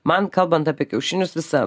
man kalbant apie kiaušinius visa